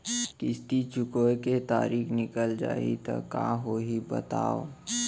किस्ती चुकोय के तारीक निकल जाही त का होही बताव?